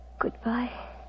Goodbye